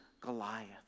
Goliath